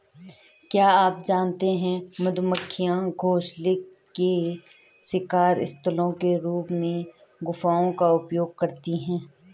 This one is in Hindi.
क्या आप जानते है मधुमक्खियां घोंसले के शिकार स्थलों के रूप में गुफाओं का उपयोग करती है?